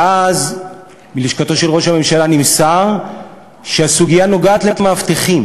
ואז מלשכתו של ראש הממשלה נמסר שהסוגיה נוגעת למאבטחים,